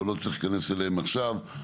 לא צריך להיכנס אליהן עכשיו.